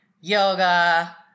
yoga